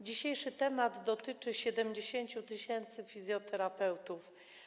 Dzisiejszy temat dotyczy 70 tys. fizjoterapeutów.